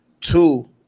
two